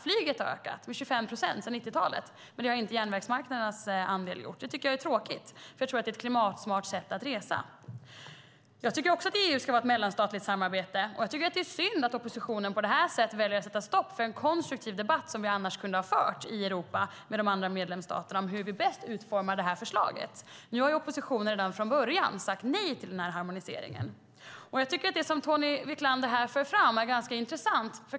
Flyget har ökat med 25 procent sedan 90-talet, men det har inte järnvägsmarknadens andel gjort. Det tycker jag är tråkigt. Det är ett klimatsmart sätt att resa. Jag tycker också att EU ska vara ett mellanstatligt samarbete, och jag tycker att oppositionen på det här sättet väljer att sätta stopp för en konstruktiv debatt som vi annars kunde ha fört i Europa med de andra medlemsstaterna om hur vi bäst utformar det här förslaget. Nu har oppositionen från början sagt nej till harmoniseringen. Jag tycker att det som Tony Wiklander här för fram är ganska intressant.